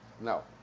No